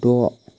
द'